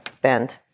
bend